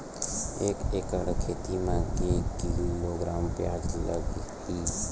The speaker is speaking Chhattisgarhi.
एक एकड़ खेती म के किलोग्राम प्याज लग ही?